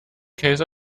case